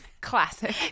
classic